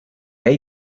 hay